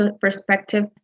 perspective